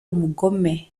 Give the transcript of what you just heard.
umugome